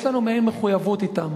יש לנו מעין מחויבות אתם,